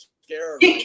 scared